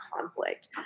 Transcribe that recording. conflict